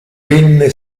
venne